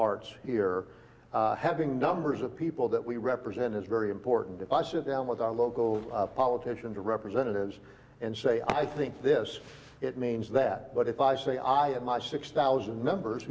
arts here having numbers of people that we represent is very important if i sit down with our local politicians are representatives and say i think this means that but if i say i have my six thousand members